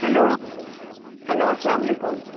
hello hello اَسلامُ علیکُم